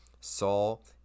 saul